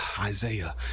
Isaiah